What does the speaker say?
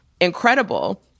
incredible